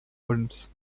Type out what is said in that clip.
holmes